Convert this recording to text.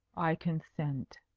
i consent.